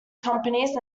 companies